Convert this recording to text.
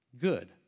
good